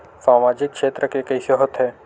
सामजिक क्षेत्र के कइसे होथे?